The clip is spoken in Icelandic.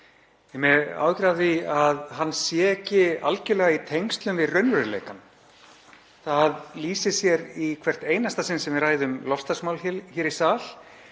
áhyggjur af því að hann sé ekki algerlega í tengslum við raunveruleikann. Það lýsir sér í hvert einasta sinn sem við ræðum loftslagsmál hér í sal.